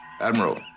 Admiral